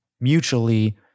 mutually